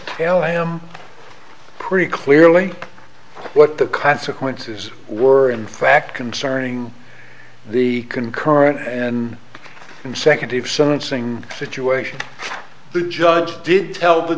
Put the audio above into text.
tell him pretty clearly what the consequences were in fact concerning the concurrent and consecutive sentencing situation the judge didn't tell the